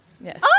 Yes